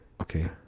okay